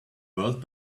world